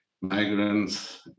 migrants